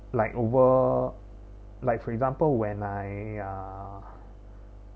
like over like for example when I ya